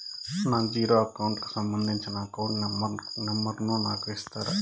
నా zero account కి సంబంధించి అకౌంట్ నెంబర్ ను నాకు ఇస్తారా